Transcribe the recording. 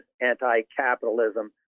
anti-capitalism